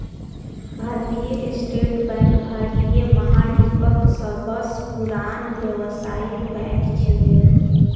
भारतीय state bank भारतीय महाद्वीपक सबसं पुरान व्यावसायिक बैंक छियै